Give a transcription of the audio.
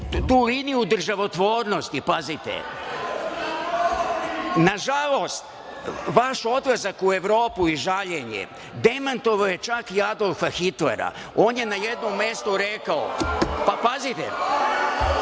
tu liniju državotvornosti. Nažalost, vaš odlazak u Evropu i žaljenje demantovalo je čak i Adolfa Hitlera. On je na jednom mestu rekao… Saslušajte